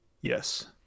Yes